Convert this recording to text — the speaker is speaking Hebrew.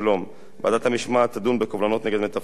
ועדת המשמעת תדון בקובלנות נגד מתווכים במקרקעין